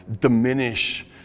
diminish